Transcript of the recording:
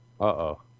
Uh-oh